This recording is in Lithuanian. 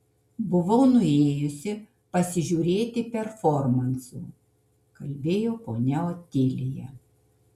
buvau nuėjusi pasižiūrėti performansų kalbėjo ponia otilija